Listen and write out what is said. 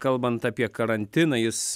kalbant apie karantiną jis